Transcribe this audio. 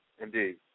Indeed